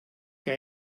que